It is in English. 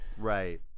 Right